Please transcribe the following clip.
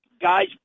Guys